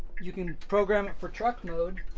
you can program it for truck mode,